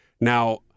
Now